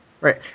Right